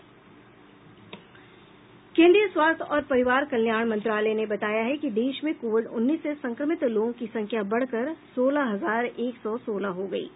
स्वास्थ्य और परिवार कल्याण मंत्रलाय ने बताया है कि देश में कोविड उन्नीस से संक्रमित लोगों की संख्या बढ़कर सोलह हजार एक सौ सोलह हो गयी है